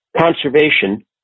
conservation